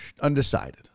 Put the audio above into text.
Undecided